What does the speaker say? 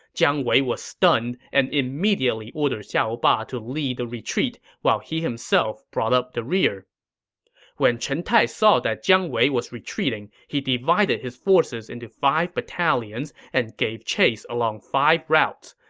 jiang wei was stunned and immediately ordered xiahou ba to lead the retreat while he himself brought up the rear when chen tai saw that jiang wei was retreating, he divided his forces into five battalions and gave chase along five routes.